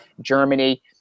Germany